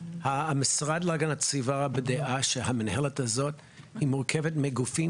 המשרד להגנת הסביבה בדעה שהמינהלת הזאת מורכבת מגופים